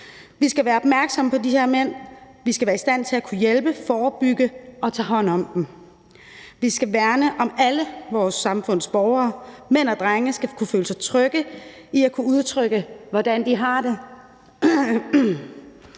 Vi skal være opmærksomme på de her mænd. Vi skal være i stand til at kunne hjælpe dem, forebygge situationer og tage hånd om dem. Vi skal værne om alle vort samfunds borgere. Mænd og drenge skal kunne føle sig trygge med hensyn til at kunne udtrykke, hvordan de har det.